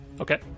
Okay